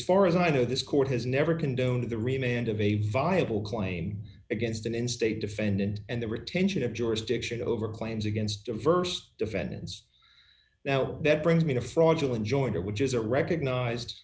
far as i know this court has never condoned the remained of a viable claim against an in state defendant and the retention of jurisdiction over claims against diverse defendants now that brings me to fraudulent jointer which is a recognized